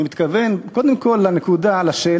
אני מתכוון קודם לשאלה,